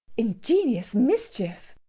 ingenious mischief!